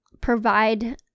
provide